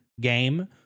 game